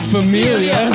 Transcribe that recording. Familia